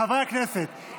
חברי הכנסת,